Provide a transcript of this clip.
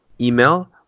email